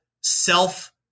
self